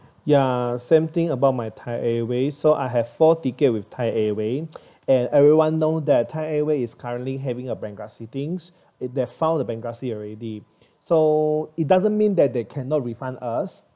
ya same thing about my thai airways so I have four ticket with thai airways and everyone know that thai airways is currently having a bankruptcy things if they file the bankruptcy already so it doesn't mean that they cannot refund us